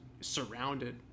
surrounded